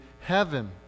heaven